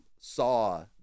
saw